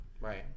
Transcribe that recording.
Right